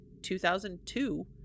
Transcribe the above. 2002